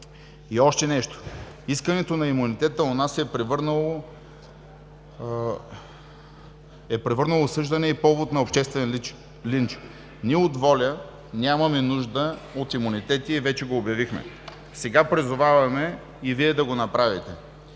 И още нещо, искането на имунитета у нас се е превърнало в осъждане и повод за обществен линч. Ние от „Воля“ нямаме нужда от имунитет и вече го обявихме. Сега призоваваме и Вие да го направите.